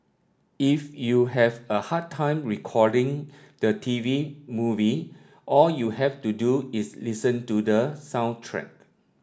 if you have a hard time recalling the TV movie all you have to do is listen to the soundtrack